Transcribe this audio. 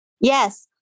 Yes